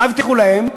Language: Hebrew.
מה הבטיחו להם?